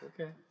Okay